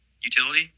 Utility